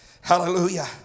Hallelujah